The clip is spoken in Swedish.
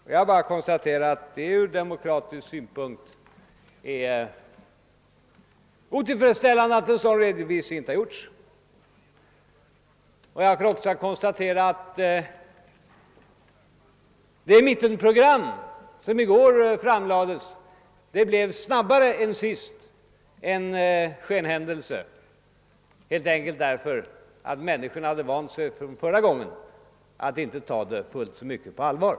Jag vill bara konstatera att det ur demokratisk synpunkt är otillfredsställande att en sådan redovisning inte gjorts. Jag har också kunnat konstatera att det mittenprogram som i går framlades snabbare än det föregående blev en skenhändelse, helt enkelt därför att människorna nu hade lärt sig att inte ta det på fullt allvar.